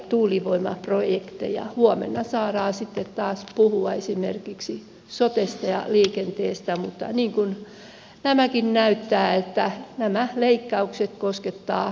huomenna saadaan taas puhua esimerkiksi sotesta ja liikenteestä mutta niin kuin nämäkin näyttävät nämä leikkaukset koskettaa